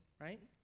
Right